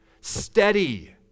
steady